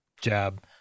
jab